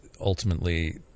ultimately